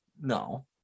no